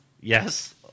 Yes